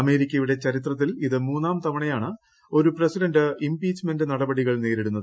അമേരിക്കയുടെ ചരിത്രത്തിൽ ഇത് മൂന്നാം തവണയാണ് ഒരു പ്രസിഡന്റ് ഇംപീച്ച്മെന്റ് നടപടികൾ നേരിടുന്നത്